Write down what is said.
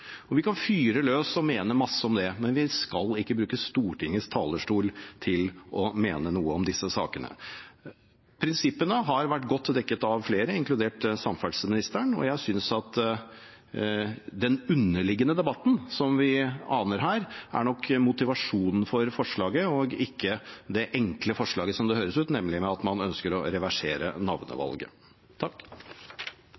Vi kan fyre løs og mene mye om det, men vi skal ikke bruke Stortingets talerstol til å mene noe om disse sakene. Prinsippene har vært godt dekket av flere, inkludert samferdselsministeren. Jeg synes at den underliggende debatten som vi aner her, nok er motivasjonen for forslaget – og ikke det enkle forslaget slik det høres ut, nemlig at man ønsker å reversere